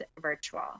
virtual